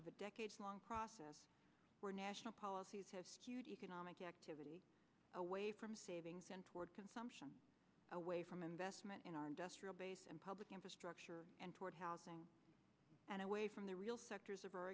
of a decades long process where national policies has huge economic activity away from savings and toward consumption away from investment in our industrial base and public infrastructure and toward housing and away from the real sectors of our